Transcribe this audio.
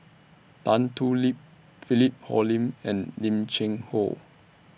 Tan Thoon Lip Philip Hoalim and Lim Cheng Hoe